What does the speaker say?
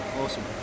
Awesome